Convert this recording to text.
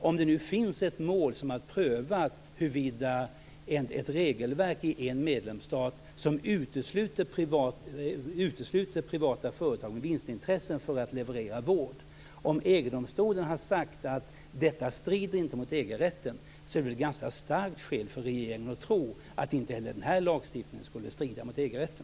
Om det nu finns ett mål där det prövats huruvida ett regelverk i en medlemsstat som utesluter privata företag med vinstintresse från att leverera vård strider mot EG-rätten och EG-domstolen har sagt att det inte gör det är väl det ett ganska starkt skäl för regeringen att tro att inte heller den här lagstiftningen skulle strida mot EG-rätten.